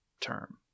term